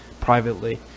privately